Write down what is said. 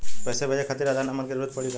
पैसे भेजे खातिर आधार नंबर के जरूरत पड़ी का?